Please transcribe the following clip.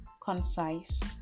concise